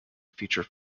feature